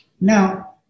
Now